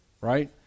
right